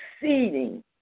seeding